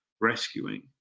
rescuing